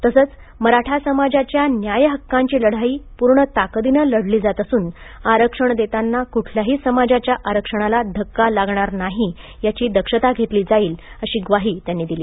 तसेच मराठा समाजाच्या न्याय हक्काची लढाई पुर्ण ताकदीने लढली जात असून आरक्षण देताना कुठल्याही समाजाच्या आरक्षणाला धक्का लागणार नाही याची दक्षता घेतली जाईल अशी ग्वाही त्यांनी दिली